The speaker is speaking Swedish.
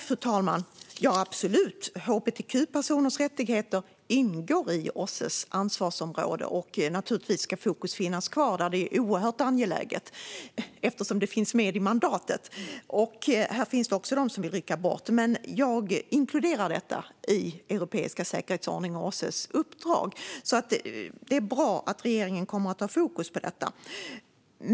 Fru talman! Ja, absolut! Hbtq-personers rättigheter ingår i OSSE:s ansvarsområde. Naturligtvis ska fokus finnas kvar där; det är oerhört angeläget eftersom de finns med i mandatet. Här finns också de som vill rycka bort dessa frågor, men jag inkluderar dem i den europeiska säkerhetsordningen och OSSE:s uppdrag. Det är bra att regeringen kommer att ha fokus på detta.